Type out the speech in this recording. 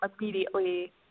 immediately